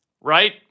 right